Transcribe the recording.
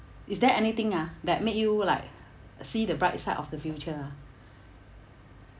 is there anything ah that make you like see the bright side of the future ah